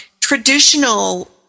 traditional